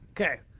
Okay